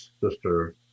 Sister